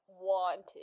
wanted